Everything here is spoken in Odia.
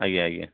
ଆଜ୍ଞା ଆଜ୍ଞା